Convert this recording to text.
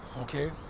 okay